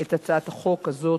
את הצעת החוק הזאת,